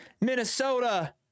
Minnesota